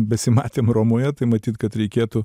besimatėm romoje tai matyt kad reikėtų